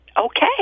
Okay